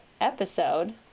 episode